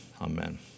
Amen